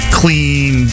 clean